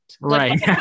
Right